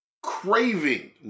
craving